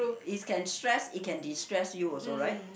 it can stress it can distress you also right